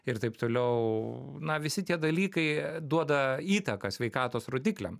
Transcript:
ir taip toliau na visi tie dalykai duoda įtaką sveikatos rodikliam